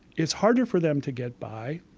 it's harder for them to get by.